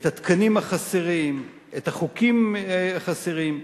את התקנים החסרים, את החוקים החסרים,